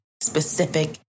specific